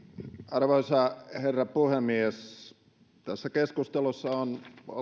arvoisa herra puhemies tässä keskustelussa on ollut